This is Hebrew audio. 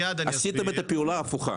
עשיתם את הפעולה ההפוכה.